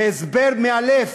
ויש הסבר מאלף